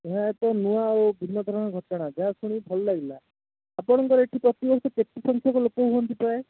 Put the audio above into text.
ଏହା ଏକ ନୂଆ ଆଉ ଭିନ୍ନ ଧରଣର ଘଟଣା ଯାହା ଶୁଣି ଭଲ ଲାଗିଲା ଆପଣଙ୍କର ଏଠି ପ୍ରତି ବର୍ଷ କେତେ ସଂଖ୍ୟକ ଲୋକ ହୁଅନ୍ତି ପ୍ରାୟ